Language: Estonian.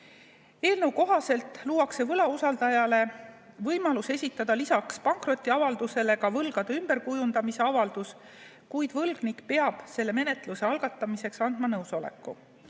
Eelnõu kohaselt luuakse võlausaldajale võimalus esitada lisaks pankrotiavaldusele ka võlgade ümberkujundamise avaldus, kuid võlgnik peab selle menetluse algatamiseks andma nõusoleku.